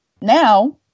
now